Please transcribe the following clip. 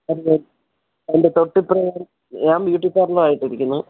അതിൻ്റെ അതിൻ്റെ തൊട്ടു ഇപ്പുറം ഞാൻ ബ്യൂട്ടി പാർലാർ ആയിട്ട് ഇരിക്കുന്നു